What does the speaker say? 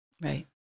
right